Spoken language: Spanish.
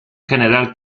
general